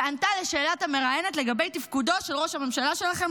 וענתה לשאלת המראיינת לגבי תפקודו של ראש הממשלה שלכם,